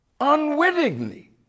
unwittingly